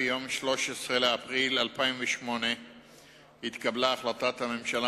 ביום 13 באפריל 2008 התקבלה החלטת הממשלה